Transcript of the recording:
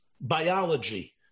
biology